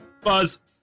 buzz